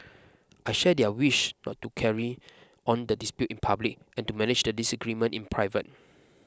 I share their wish not to carry on the dispute in public and to manage the disagreement in private